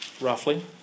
roughly